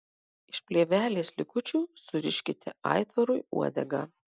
iš plėvelės likučių suriškite aitvarui uodegą